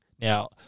Now